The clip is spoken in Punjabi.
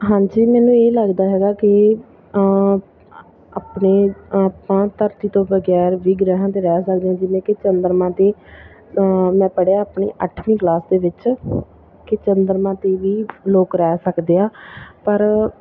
ਹਾਂਜੀ ਮੈਨੂੰ ਇਹ ਲੱਗਦਾ ਹੈਗਾ ਕਿ ਆਪਣੇ ਆਪਾਂ ਧਰਤੀ ਤੋਂ ਬਗੈਰ ਵੀ ਗ੍ਰਹਿਆਂ 'ਤੇ ਰਹਿ ਸਕਦੇ ਜਿਵੇਂ ਕਿ ਚੰਦਰਮਾ 'ਤੇ ਤਾਂ ਮੈਂ ਪੜ੍ਹਿਆ ਆਪਣੇ ਅੱਠਵੀਂ ਕਲਾਸ ਦੇ ਵਿੱਚ ਕਿ ਚੰਦਰਮਾ 'ਤੇ ਵੀ ਲੋਕ ਰਹਿ ਸਕਦੇ ਆ ਪਰ